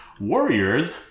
Warriors